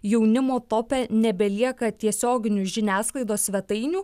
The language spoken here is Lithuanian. jaunimo tope nebelieka tiesioginių žiniasklaidos svetainių